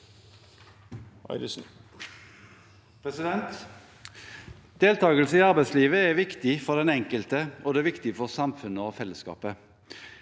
Deltakelse i ar- beidslivet er viktig for den enkelte, og det er viktig for samfunnet og fellesskapet.